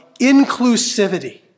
inclusivity